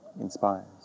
inspires